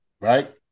right